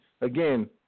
again